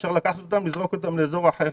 אז אפשר לקחת אותם ולזרוק אותם לאזור אחר.